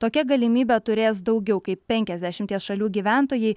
tokią galimybę turės daugiau kaip penkiasdešimties šalių gyventojai